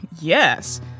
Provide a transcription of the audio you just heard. Yes